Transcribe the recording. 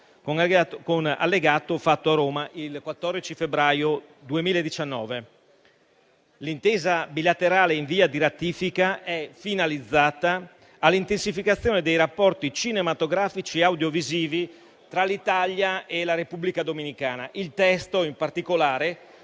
con Allegato, fatto a Roma il 14 febbraio 2019. L'intesa bilaterale in via di ratifica è finalizzata all'intensificazione dei rapporti cinematografici e audiovisivi tra l'Italia e la Repubblica dominicana. Il testo, in particolare,